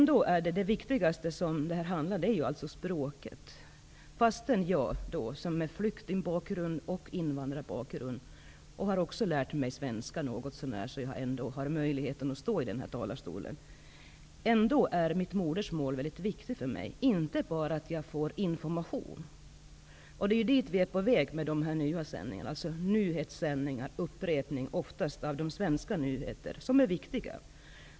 Det viktigaste är alltså språket. Fastän jag, som har flyktingbakgrund och invandrarbakgrund, nu har lärt mig svenska något så när, så att jag har möjlighet att stå i den här talarstolen, är mitt modersmål väldigt viktigt för mig, inte bara för att jag skall få information. Det är dit vi är på väg med de nya sändningarna, nyhetssändningar, oftast upprepning av de svenska nyheterna. De är viktiga.